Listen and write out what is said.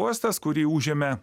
uostas kurį užėmė